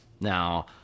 Now